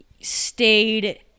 stayed